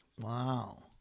Wow